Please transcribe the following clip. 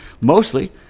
Mostly